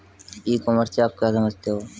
ई commerce से आप क्या समझते हो?